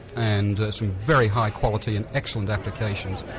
and some very high quality and excellent applications.